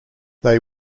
they